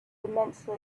immensely